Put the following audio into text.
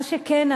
מה שכן,